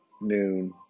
noon